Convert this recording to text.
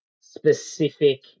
specific